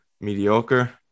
mediocre